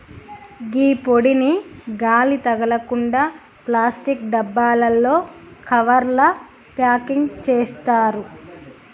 గీ పొడిని గాలి తగలకుండ ప్లాస్టిక్ డబ్బాలలో, కవర్లల ప్యాకింగ్ సేత్తారు